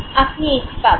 আপনি এই পাবেন